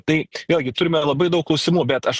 tai vėlgi turime labai daug klausimų bet aš